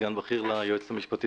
סגן בכיר ליועצת המשפטית,